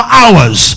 hours